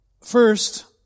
First